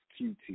QT